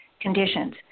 conditions